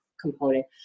component